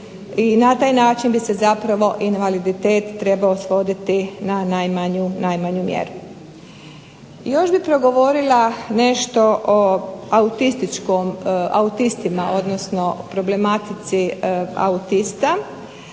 i na taj način bi se zapravo invaliditet trebao svoditi na najmanju mjeru. Još bih progovorila nešto o autističkom, autistima, odnosno problematici autista.